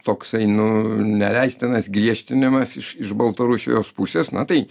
toksai nu neleistinas griežtinimas iš iš baltarusijos pusės na tai